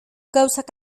gauzak